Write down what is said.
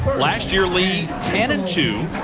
last year lee ten and two.